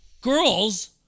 Girls